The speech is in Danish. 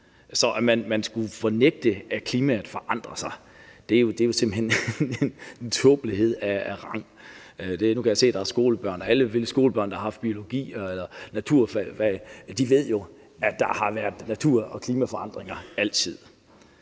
Så at man skulle benægte, at klimaet forandrer sig, er jo simpelt hen en tåbelighed af rang. Nu kan jeg se, at der er skolebørn på tilhørerpladserne, og alle skolebørn, der har haft biologi eller naturfag, ved jo, at der har været natur- og klimaforandringer altid.